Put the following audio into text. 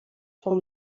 vom